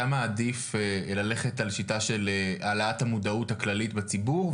אתה מעדיף ללכת על שיטה של העלאת המודעות הכללית בציבור,